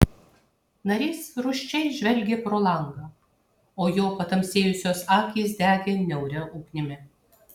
narys rūsčiai žvelgė pro langą o jo patamsėjusios akys degė niauria ugnimi